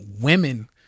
women